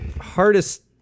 hardest